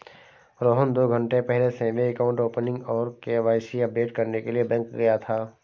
रोहन दो घन्टे पहले सेविंग अकाउंट ओपनिंग और के.वाई.सी अपडेट करने के लिए बैंक गया था